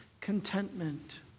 contentment